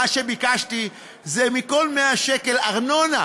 מה שביקשתי זה שמכל 100 שקל ארנונה,